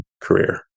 career